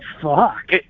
fuck